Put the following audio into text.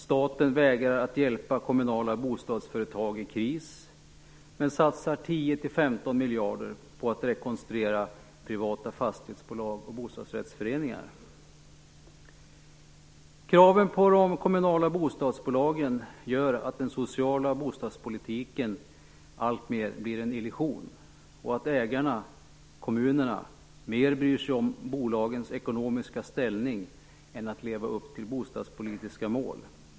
Staten vägrar att hjälpa kommunala bostadsföretag i kris men satsar 10-15 miljarder på att rekonstruera privata fastighetsbolag och bostadsrättsföreningar. Kraven på de kommunala bostadsbolagen gör att den sociala bostadspolitiken alltmer blir en illusion och att ägarna, kommunerna, mer bryr sig om bolagens ekonomiska ställning än om att leva upp till bostadspolitiska mål.